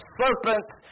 serpents